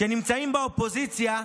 שנמצאים באופוזיציה,